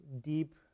deep